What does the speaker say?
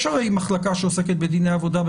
במשרד המשפטים יש מחלקה שעוסקת בדיני עובדה,